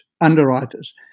underwriters